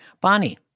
Bonnie